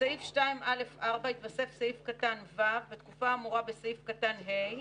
בסעיף 2(א)(4) יתווסף סעיף קטן (ו): "בתקופה האמורה בסעיף קטן (ה),